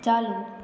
चालू